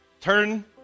Turn